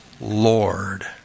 Lord